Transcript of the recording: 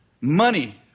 money